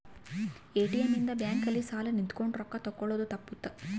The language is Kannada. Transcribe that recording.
ಎ.ಟಿ.ಎಮ್ ಇಂದ ಬ್ಯಾಂಕ್ ಅಲ್ಲಿ ಸಾಲ್ ನಿಂತ್ಕೊಂಡ್ ರೊಕ್ಕ ತೆಕ್ಕೊಳೊದು ತಪ್ಪುತ್ತ